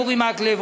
אורי מקלב,